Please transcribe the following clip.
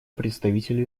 представителю